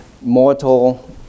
mortal